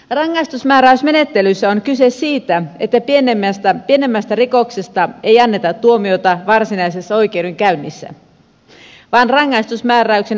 rangaistusmääräysmenettelyssä on kyse siitä että pienemmästä rikoksesta ei anneta tuomiota varsinaisessa oikeudenkäynnissä vaan rangaistusmääräyksen antaa syyttäjä